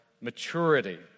maturity